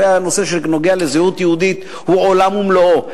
הרי הנושא שנוגע לזהות יהודית הוא עולם ומלואו.